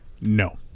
No